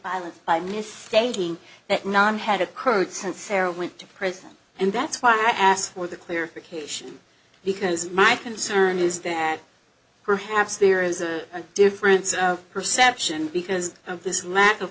violence by misstating that non had occurred since sarah went to prison and that's why i asked for the clarification because my concern is that perhaps there is a difference of perception because of this lack of